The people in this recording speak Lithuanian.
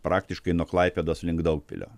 praktiškai nuo klaipėdos link daugpilio